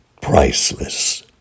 priceless